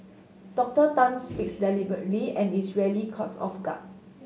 Doctor Tan speaks deliberately and is rarely caught off guard